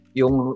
yung